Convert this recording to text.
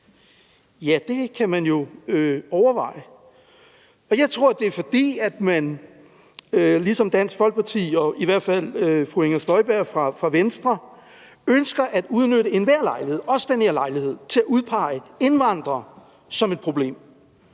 Ja, det kan man jo overveje. Jeg tror, det er, fordi man ligesom Dansk Folkeparti og i hvert fald fru Inger Støjberg fra Venstre ønsker at udnytte enhver lejlighed, også den her lejlighed, til at udpege indvandrere som et problem,